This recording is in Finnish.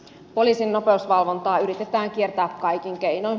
poliisin nopeusvalvontaa yritetään kiertää kaikin keinoin